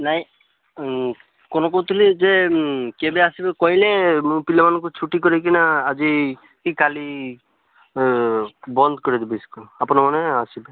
ନାଇ କ'ଣ କହୁଥିଲି ଯେ କେବେ ଆସିବେ କଇଲେ ମୁଁ ପିଲା ମାନଙ୍କୁ ଛୁଟି କରାଇକିନା ଆଜି କି କାଲି ବନ୍ଦ କରିଦେବି ସ୍କୁଲ ଆପଣ ମାନେ ଆସିବେ